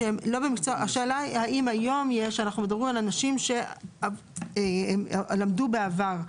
השאלה היא, אנחנו מדברים על אנשים שלמדו בעבר,